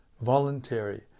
voluntary